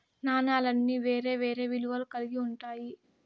నాణాలన్నీ వేరే వేరే విలువలు కల్గి ఉంటాయి